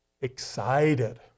excited